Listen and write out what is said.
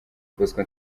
bosco